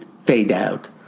fade-out